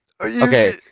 Okay